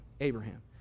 Abraham